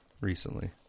Recently